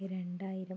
രണ്ടായിരം